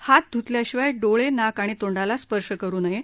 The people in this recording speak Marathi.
हात ध्तल्याशिवाय डोळे नाक आणि तोंडाला स्पर्श करु नये